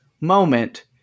moment